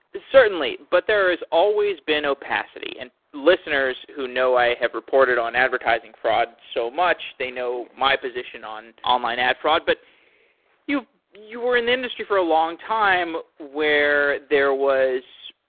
certainly, but there is always been opacity, and listeners who know i have reported on advertising fraud so much, they know my position on online ad fraud. but you you were in industry for a long time where there was,